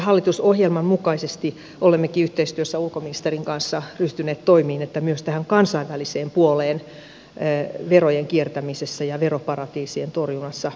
hallitusohjelman mukaisesti olemmekin yhteistyössä ulkoministerin kanssa ryhtyneet toimiin että myös tähän kansainväliseen puoleen verojen kiertämisessä ja veroparatiisien torjunnassa puututaan